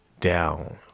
down